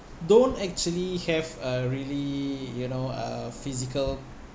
don't actually have a really you know uh physical